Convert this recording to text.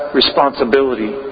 responsibility